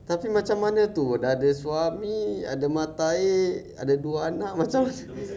tapi macam mana tu dah ada suami ada matair ada dua anak macam